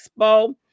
Expo